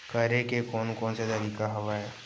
करे के कोन कोन से तरीका हवय?